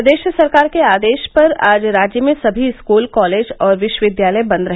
प्रदेश सरकार के आदेश पर आज राज्य में समी स्कूल कॉलेज और विश्वविद्यालय बन्द रहे